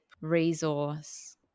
resource